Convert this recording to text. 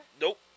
Nope